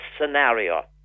scenario